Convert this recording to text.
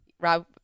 Rob –